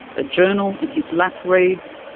a journal in his lap reads,